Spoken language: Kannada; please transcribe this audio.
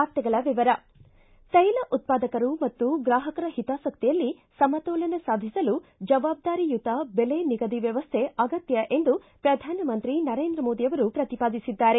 ವಾರ್ತೆಗಳ ವಿವರ ತೈಲ ಉತ್ಪಾದಕರು ಮತ್ತು ಗ್ರಾಹಕರ ಹಿತಾಸಕ್ತಿಯಲ್ಲಿ ಸಮತೋಲನ ಸಾಧಿಸಲು ಜವಾಬ್ದಾರಿಯುತ ಬೆಲೆ ನಿಗದಿ ವ್ಯವಸ್ಥೆ ಅಗತ್ಯ ಎಂದು ಪ್ರಧಾನಮಂತ್ರಿ ನರೇಂದ್ರ ಮೋದಿ ಪ್ರತಿಪಾದಿಸಿದ್ದಾರೆ